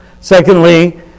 Secondly